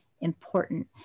important